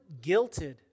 guilted